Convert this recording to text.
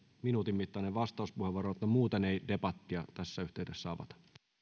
minuutin mittainen vastauspuheenvuoro mutta muuten ei debattia tässä yhteydessä avata